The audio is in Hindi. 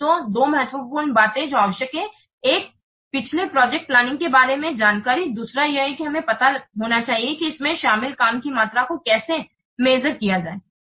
तो दो महत्वपूर्ण बातें जो आवश्यक हैं एक पिछली प्रोजेक्ट प्लानिंग के बारे में जानकारी दूसरा यह है कि हमें पता होना चाहिए कि इसमें शामिल काम की मात्रा को कैसे मापना है